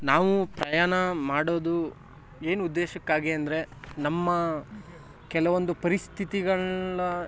ನಾವು ಪ್ರಯಾಣ ಮಾಡೋದು ಏನು ಉದ್ದೇಶಕ್ಕಾಗಿ ಅಂದರೆ ನಮ್ಮ ಕೆಲವೊಂದು ಪರಿಸ್ಥಿತಿಗಳನ್ನು